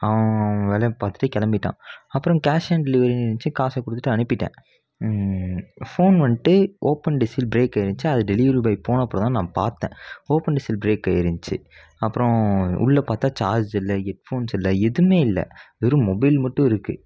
அவன் அவன் வேலையை பார்த்துட்டு கிளம்பிட்டான் அப்புறம் கேஷ் ஆன் டெலிவரியின்னு இருந்ச்சு காசை கொடுத்துட்டு அனுப்பிட்டேன் ஃபோன் வந்துட்டு ஓபன்ட் சீல் ப்ரேக்காயிந்துச்சு அதை டெலிவரி பாய் போன அப்புறம்தான் நான் பார்த்தேன் ஓபன்ட் சீல் ப்ரேக் ஆகிருந்ச்சு அப்புறம் உள்ளே பார்த்தா சார்ஜ் இல்லை ஹெட் ஃபோன்ஸ் இல்லை எதுவுமே இல்லை வெறும் மொபைல் மட்டும் இருக்குது